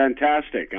fantastic